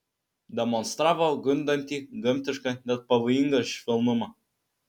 demonstravo gundantį gamtišką net pavojingą švelnumą